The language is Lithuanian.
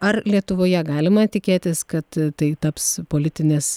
ar lietuvoje galima tikėtis kad tai taps politinės